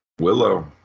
Willow